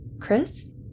Chris